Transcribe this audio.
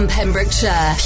Pembrokeshire